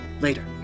later